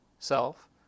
self